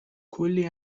کلی